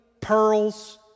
pearls